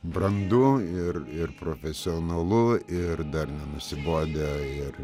brandu ir ir profesionalu ir dar nenusibodę ir